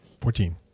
Fourteen